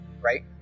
Right